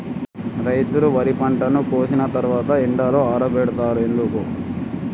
రైతులు వరి పంటను కోసిన తర్వాత ఎండలో ఆరబెడుతరు ఎందుకు?